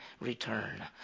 return